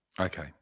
okay